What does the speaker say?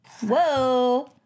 Whoa